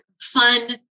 fun